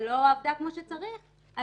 עבדה כמו שצריך,